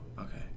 okay